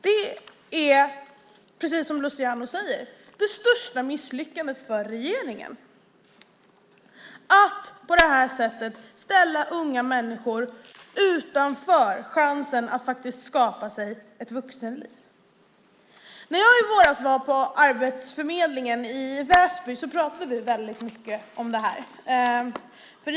Det är, precis som Luciano Astudillo säger, det största misslyckandet för regeringen att på detta sätt ställa unga människor utanför och utan möjlighet att faktiskt skapa sig ett vuxenliv. När jag i våras var på Arbetsförmedlingen i Upplands Väsby talade vi väldigt mycket om detta.